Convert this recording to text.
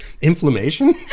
Inflammation